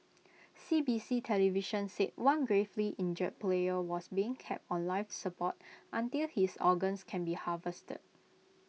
C B C television said one gravely injured player was being kept on life support until his organs can be harvested